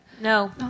No